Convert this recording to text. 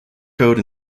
code